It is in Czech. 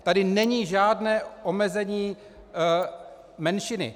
Tady není žádné omezení menšiny.